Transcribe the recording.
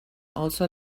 also